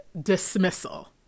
dismissal